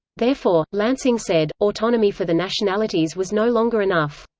therefore, lansing said, autonomy for the nationalities was no longer enough.